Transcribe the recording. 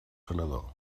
senador